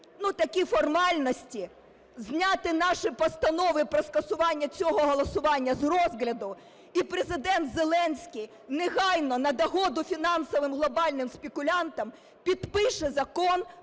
ну, такі формальності, зняти наші постанови про скасування цього голосування з розгляду. І Президент Зеленський негайно на догоду фінансовим глобальним спекулянтам підпише закон про